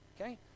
Okay